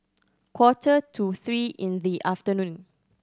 quarter to three in the afternoon